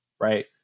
right